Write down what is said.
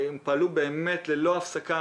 הם פעלו באמת ללא הפסקה,